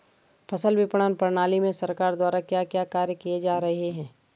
फसल विपणन प्रणाली में सरकार द्वारा क्या क्या कार्य किए जा रहे हैं?